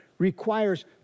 requires